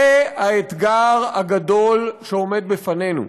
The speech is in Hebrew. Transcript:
זה האתגר הגדול שעומד בפנינו.